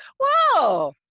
Whoa